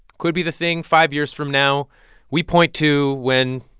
could be the thing five years from now we point to when,